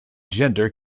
gender